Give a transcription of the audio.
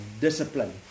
discipline